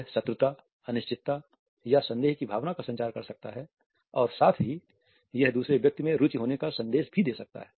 यह शत्रुता अनिश्चितता या संदेह की भावना का संचार कर सकता है और साथ ही यह दूसरे व्यक्ति में रुचि होने का संदेश भी दे सकता है